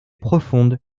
profonde